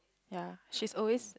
ya she's always